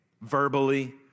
verbally